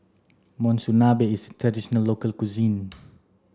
Monsunabe is a traditional local cuisine